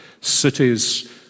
cities